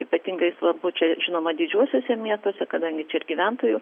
ypatingai svarbu čia žinoma didžiuosiuose miestuose kadangi čia ir gyventojų